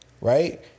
Right